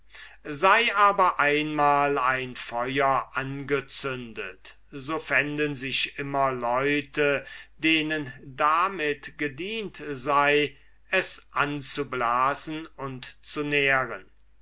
sei aber einmal ein feuer angezündet so fänden sich immer leute denen damit gedient sei es anzublasen und zu nähren